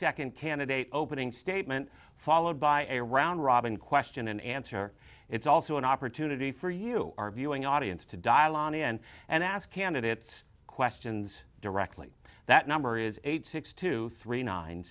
second candidate opening statement followed by a round robin question and answer it's also an opportunity for you our viewing audience to dial an end and ask candidates questions directly that number is eight six two three nine